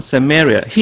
Samaria